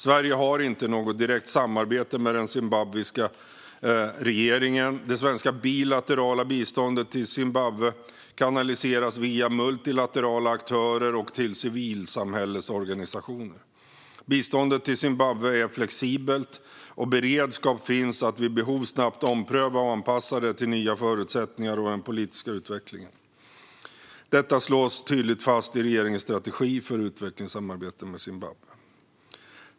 Sverige har inte något direkt samarbete med den zimbabwiska regeringen. Det svenska bilaterala biståndet till Zimbabwe kanaliseras via multilaterala aktörer och till civilsamhällesorganisationer. Biståndet till Zimbabwe är flexibelt, och beredskap finns att vid behov snabbt ompröva och anpassa det till nya förutsättningar och den politiska utvecklingen. Detta slås tydligt fast i regeringens strategi för utvecklingssamarbetet med Zimbabwe.